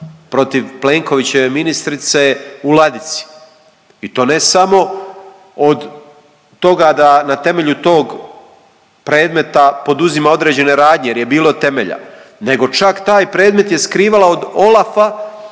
protiv Plenkovićeve ministrice u ladici i to ne samo od toga da na temelju tog predmeta poduzima određene radnje, jer je bilo temelja nego čak taj predmet je skrivala od OLAF-a